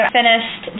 finished